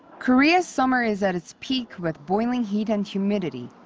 korea's summer is at its peak with boiling heat and humidity.